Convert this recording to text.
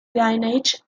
lineage